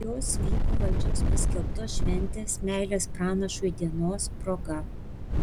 jos vyko valdžios paskelbtos šventės meilės pranašui dienos proga